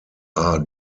are